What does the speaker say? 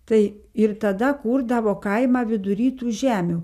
tai ir tada kurdavo kaimą vidury tų žemių